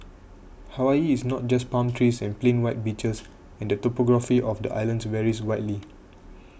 Hawaii is not just palm trees and plain white beaches and the topography of the islands varies widely